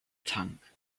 tank